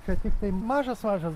kad tiktai mažas mažas